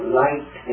light